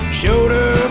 shoulder